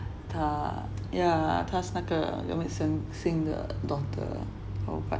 他 yeah 他是那个 gurmit singh 的 daughter oh but